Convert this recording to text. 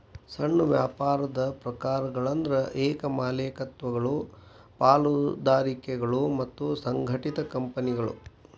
ಸಣ್ಣ ವ್ಯಾಪಾರದ ಪ್ರಕಾರಗಳಂದ್ರ ಏಕ ಮಾಲೇಕತ್ವಗಳು ಪಾಲುದಾರಿಕೆಗಳು ಮತ್ತ ಸಂಘಟಿತ ಕಂಪನಿಗಳು